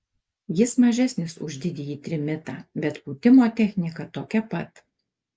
jis mažesnis už didįjį trimitą bet pūtimo technika tokia pat